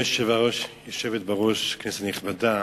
גברתי היושבת בראש, כנסת נכבדה,